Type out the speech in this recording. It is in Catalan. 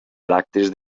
bràctees